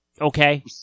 okay